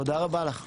תודה רבה לך.